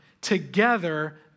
Together